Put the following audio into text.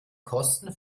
kosten